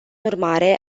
urmare